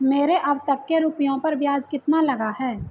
मेरे अब तक के रुपयों पर ब्याज कितना लगा है?